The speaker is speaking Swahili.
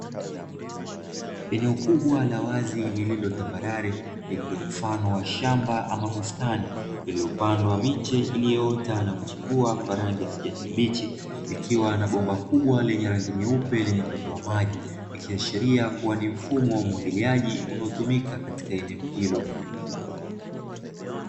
Eneo kubwa la wazi lililo tambarare lina mfano wa shamba ama bustani iliyopandwa miche iliyoota na kuchipua kwa rangi ya kijani kibichi ikiwa na bomba kubwa yenye rangi nyeupe yenye kutoa maji, ikiashiria kuwa ni mfumo wa umwagiliaji unaotumika katika eneo hilo.